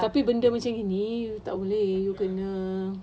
tapi benda macam gini tak boleh kena